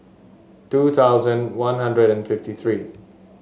two thousand One Hundred and fifty three